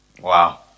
wow